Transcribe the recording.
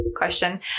question